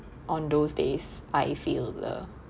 on those days I feel the